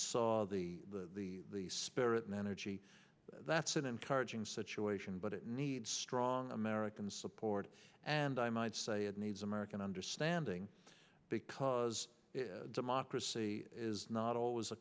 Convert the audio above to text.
saw the the spirit and energy that's an encouraging situation but it needs strong american support and i might say it needs american understanding because democracy is not always